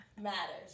matters